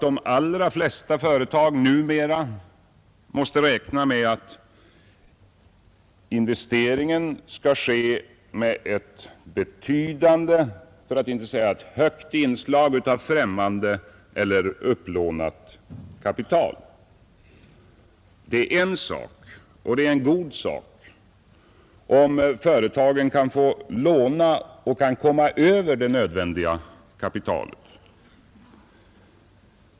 De allra flesta företag måste numera räkna med att investeringen skall ske med ett högt inslag av främmande eller upplånat kapital. Det är en sak — och en god sak — om företagen kan få låna det nödvändiga kapitalet.